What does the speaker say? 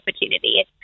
opportunity